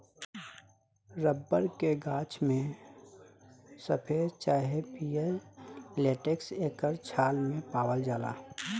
rubber के गाछ में सफ़ेद चाहे पियर लेटेक्स एकर छाल मे पावाल जाला